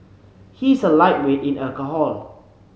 he is a lightweight in alcohol